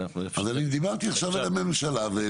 אז אני דיברתי עכשיו על הממשלה.